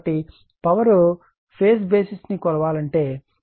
కాబట్టి power phase basis ని కొలవాలనుకుంటున్నాము